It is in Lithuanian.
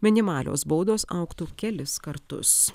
minimalios baudos augtų kelis kartus